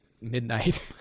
midnight